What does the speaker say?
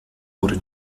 wurde